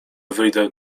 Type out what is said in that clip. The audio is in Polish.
wyjdę